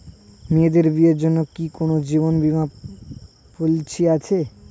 মেয়েদের বিয়ের জন্য কি কোন জীবন বিমা পলিছি আছে?